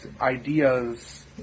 ideas